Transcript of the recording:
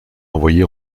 envoyés